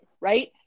Right